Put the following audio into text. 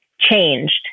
changed